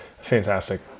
fantastic